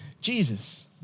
Jesus